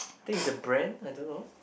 I think is a brand I don't know